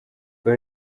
kwa